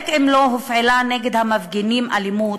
לולא הופעלה נגד המפגינים אלימות,